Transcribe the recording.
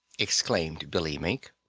exclaimed billy mink,